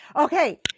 okay